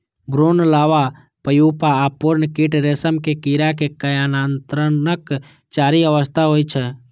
भ्रूण, larva, pupa आ पूर्ण कीट रेशम के कीड़ा के कायांतरणक चारि अवस्था होइ छै